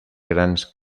grans